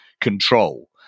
control